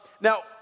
Now